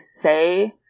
say